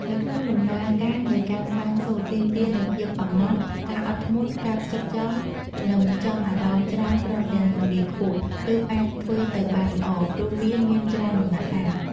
នៅក្នុងដំណើរការនៃការត្បាញសូត្រទាមទារនូវភាពអំណត់ ការអត់ធ្មត់ ការផ្ចិតផ្ចង់ និងផ្ចង់អារម្មណ៍ច្រើនព្រមទាំងជំនាញខ្ពស់ ទើបអាចធ្វើទៅបានល្អ ព្រោះវាមានច្រើនដំណាក់កាល។